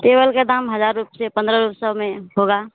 table का दाम हज़ार रुपये पन्द्रह सौ में होगा